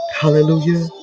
hallelujah